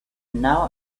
now